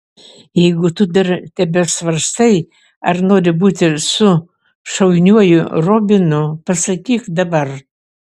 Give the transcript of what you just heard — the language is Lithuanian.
jeigu tu dar tebesvarstai ar nori būti su šauniuoju robinu pasakyk dabar